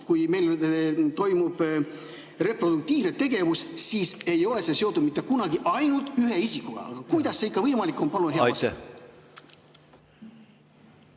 kui meil toimub reproduktiivne tegevus, ei ole see seotud mitte kunagi ainult ühe isikuga. Kuidas see ikkagi võimalik on? (Juhataja: "Aitäh!")